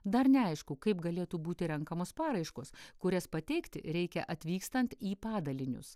dar neaišku kaip galėtų būti renkamos paraiškos kurias pateikti reikia atvykstant į padalinius